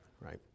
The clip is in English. right